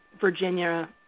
Virginia